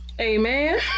Amen